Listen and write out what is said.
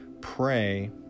pray